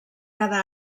cada